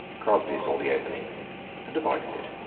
crosby saw the opening and avoided